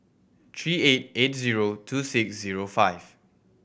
three eight eight zero two six zero five